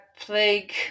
plague